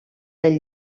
del